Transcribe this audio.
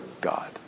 God